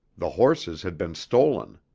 the horses had been stolen.